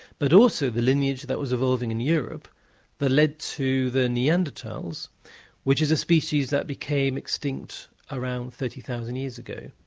but also the lineage that was evolving in europe that led to the neanderthals which is a species that became extinct around thirty thousand years ago.